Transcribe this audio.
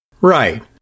Right